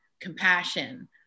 compassion